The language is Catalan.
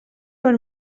per